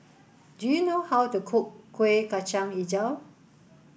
do you know how to cook Kuih Kacang Hijau